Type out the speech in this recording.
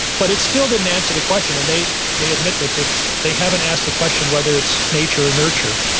but it still didn't answer the question, and they they admit that this, they haven't asked the question, whether it's nature or nurture.